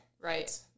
Right